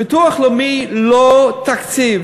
ביטוח לאומי, לא תקציב,